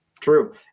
true